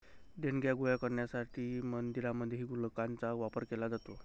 देणग्या गोळा करण्यासाठी मंदिरांमध्येही गुल्लकांचा वापर केला जातो